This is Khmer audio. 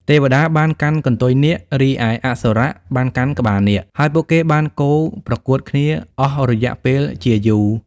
ទេវតាបានកាន់កន្ទុយនាគ រីឯអសុរៈបានកាន់ក្បាលនាគ ហើយពួកគេបានកូរប្រកួតគ្នាអស់រយៈពេលជាយូរ។